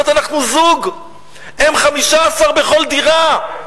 אנחנו זוג והם 15 בכל דירה.